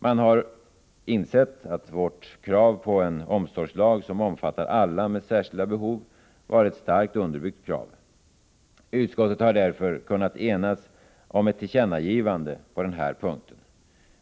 Man har insett att vårt krav på en omsorgslag som omfattar alla med särskilda behov var ett starkt underbyggt krav. Utskottet har därför kunnat enas om ett tillkännagivande på den här punkten.